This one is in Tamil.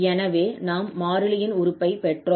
எனவே நாம் மாறிலியின் உறுப்பைப் பெற்றோம்